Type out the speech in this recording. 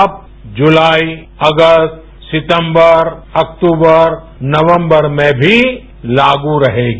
अब जुलाई अगस्तसितंबर अक्टूबर नवंबर मेंभी लागू रहेगी